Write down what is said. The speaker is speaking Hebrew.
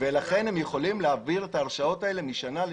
ולכן הם יכולים להעביר את ההרשאות האלה משנה לשנה.